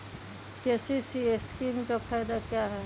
KCC scheme का फायदा क्या है?